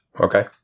Okay